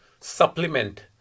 supplement